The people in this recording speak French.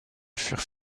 furent